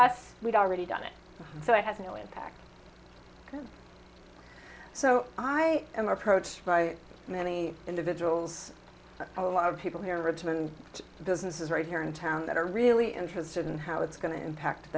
us we've already done it so i had no impact because so i am approached by many individuals a lot of people here in richmond businesses right here in town that are really interested in how it's going to impact